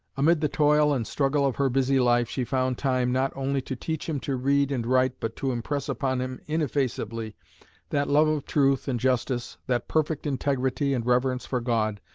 amid the toil and struggle of her busy life she found time not only to teach him to read and write but to impress upon him ineffaceably that love of truth and justice, that perfect integrity and reverence for god,